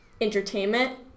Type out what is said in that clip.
entertainment